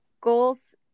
goals